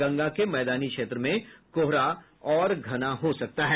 गंगा के मैदानी क्षेत्र में कोहरा और घना हो सकता है